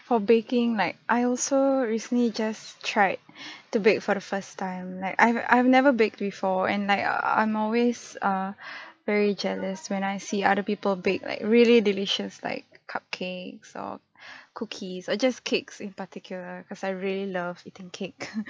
for baking like I also recently just tried to bake for the first time like I've I've never baked before and like I'm always err very jealous when I see other people bake like really delicious like cupcakes or cookies or just cakes in particular cause I really love eating cake